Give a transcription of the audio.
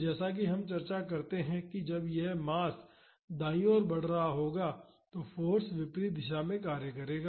तो जैसा कि अब हम चर्चा करते हैं कि जब यह मास दाईं ओर बढ़ रहा होगा तो फाॅर्स विपरीत दिशा में कार्य कर रहा होगा